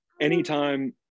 anytime